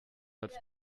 hat